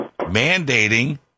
mandating